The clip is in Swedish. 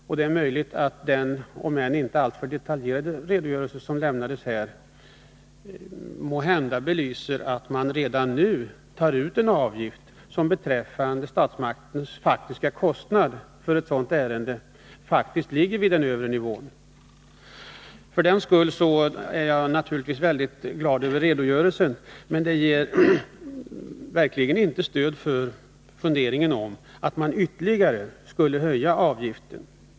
Och den inte alltför detaljerade redogörelse som lämnats här belyser måhända att man redan nu tar ut en avgift som jämfört med statsmaktens faktiska kostnad för ett sådant ärende ligger vid den övre gränsen. Jag är naturligtvis mycket glad över redogörelsen. Men den ger verkligen inte stöd för funderingen om att ytterligare höja avgiften.